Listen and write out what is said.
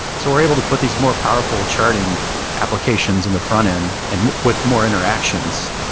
so we're able to put these more powerful charting applications in the front-end and with more interactions.